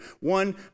One